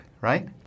right